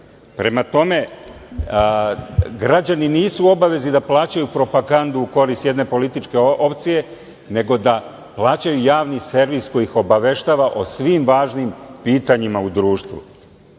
Prema tome, građani nisu u obavezi da plaćaju propagandu u korist jedne političke opcije, nego da plaćaju javni servis koji ih obaveštava o svim važnim pitanjima u društvu. Takođe,